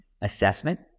assessment